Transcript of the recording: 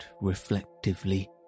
reflectively